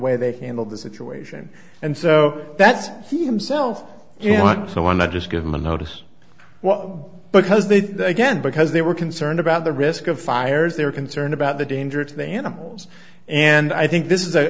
way they handled the situation and so that's he himself you know so why not just give him a notice well because they again because they were concerned about the risk of fires they're concerned about the danger to the animals and i think this is